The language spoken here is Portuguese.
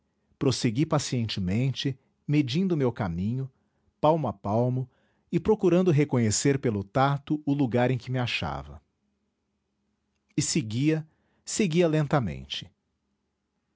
prossegui pacientemente medindo o meu caminho palmo a palmo e procurando reconhecer pelo tato o lugar em que me achava e seguia seguia lentamente